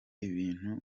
ibintu